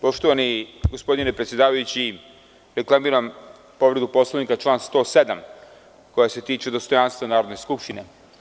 Poštovani gospodine predsedavajući, reklamiram povredu Poslovnika član 107. koji se tiče dostojanstva Narodne skupštine.